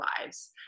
lives